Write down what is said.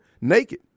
naked